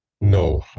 No